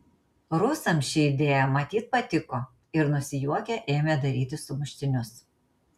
rusams ši idėja matyt patiko ir nusijuokę ėmė daryti sumuštinius